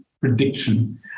prediction